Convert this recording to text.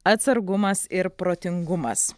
atsargumas ir protingumas